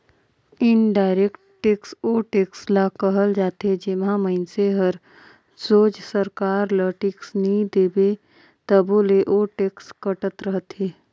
indirect tax ओ tax ल कहल जाथे जेम्हां मइनसे हर सोझ सरकार ल टेक्स नी दे तबो ले ओ टेक्स कटत रहथे